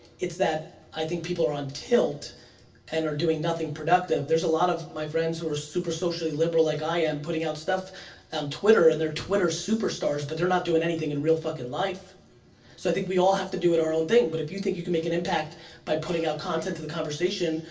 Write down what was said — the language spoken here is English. it's that i think people are on tilt and are doing nothing productive. there's a lot of my friends who are super socially liberal like i am, putting out stuff on um twitter and they're twitter superstars but they're not doing anything in real fucking life. so i think we all have to do at our own thing but if you think you can make an impact by putting out content to the conversation,